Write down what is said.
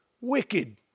Wicked